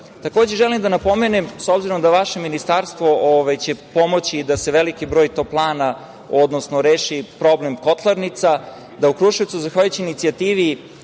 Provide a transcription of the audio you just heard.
sredine. Takođe, želim da napomenem, s obzirom da će vaše Ministarstvo pomoći da se veliki broj toplana, odnosno reši problem kotlarnica, da u Kruševcu, zahvaljujući inicijativi,